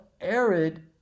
arid